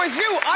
ah you